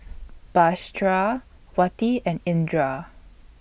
Batrisya Wati and Indra